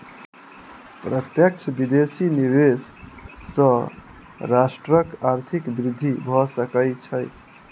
प्रत्यक्ष विदेशी निवेश सॅ राष्ट्रक आर्थिक वृद्धि भ सकै छै